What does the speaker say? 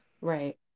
Right